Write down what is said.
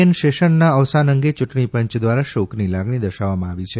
N શેષાનના અવસાન અંગે ચૂંટણી પંચ દ્વારા શોકની લાગણી દર્શવવામાં આવી છે